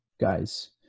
guys